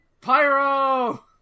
pyro